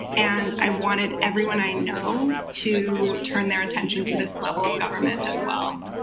and i wanted everyone i know to turn their attention to this level of government as well.